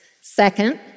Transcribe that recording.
Second